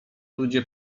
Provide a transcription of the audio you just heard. ludzie